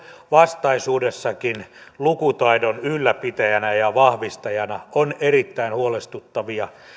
vastaisuudessakin lukutaidon ylläpitäjänä ja vahvistajana on erittäin huolestuttavia